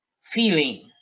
feeling